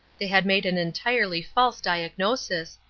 they had made an entirely false diagnosis,